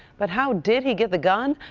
but how did he get the gun?